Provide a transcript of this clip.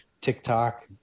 TikTok